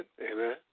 amen